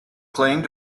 claimed